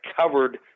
covered